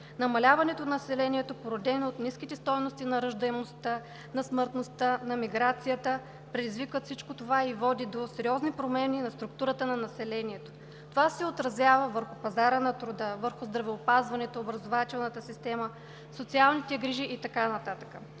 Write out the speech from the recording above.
Намаляването на населението, породено от ниските стойности на раждаемостта, на смъртността, на миграцията, предизвикват всичко това и води до сериозни промени в структурата на населението. Това се отразява върху пазара на труда, върху здравеопазването, образователната система, социалните грижи и така